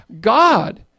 God